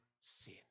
sin